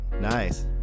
nice